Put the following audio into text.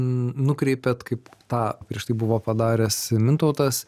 nukreipėt kaip tą prieš tai buvo padaręs mintautas